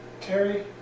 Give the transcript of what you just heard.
Terry